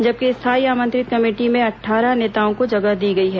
जबकि स्थायी आमंत्रित कमेटी में अट्ठारह नेताओं को जगह दी गई है